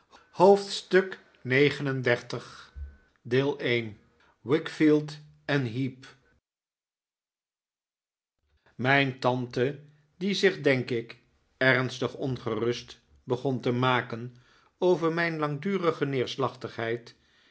hoofdstuk xxxix wickfield en heep mijn tante die zich denk ik ernstig ongerust begon te maken over mijn langdurige neerslachtigheid